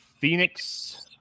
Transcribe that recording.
Phoenix